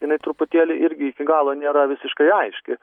jinai truputėlį irgi iki galo nėra visiškai aiški